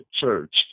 church